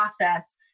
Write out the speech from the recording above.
process